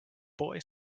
boy